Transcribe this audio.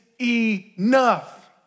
enough